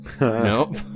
nope